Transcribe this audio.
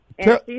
Tell